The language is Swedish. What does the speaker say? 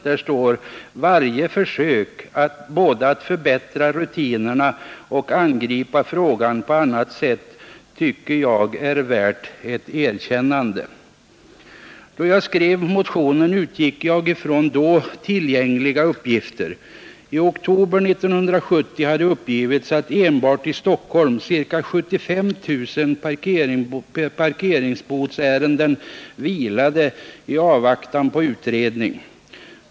Där står: ”Varje försök, både att förbättra rutinerna och angripa frågan på annat sätt, tycker jag är värt ett erkännande.” När jag skrev motionen utgick jag från då tillgängliga uppgifter. I oktober 1970 hade uppgivits att enbart i Stockholm ca 75 000 parkeringsbotsärenden vilade i avvaktan på utredning.